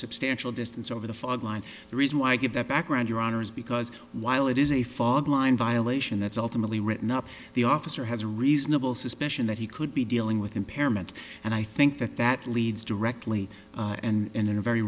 substantial distance over the fog line the reason why i give that background your honor is because while it is a fog line violation that's ultimately written up the officer has a reasonable suspicion that he could be dealing with impairment and i think that that leads directly and in a very